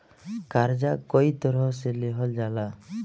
कर्जा कई तरह से लेहल जाला